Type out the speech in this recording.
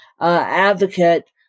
advocate